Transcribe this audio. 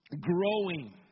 growing